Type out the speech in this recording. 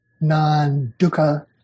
non-dukkha